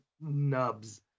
nubs